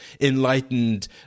enlightened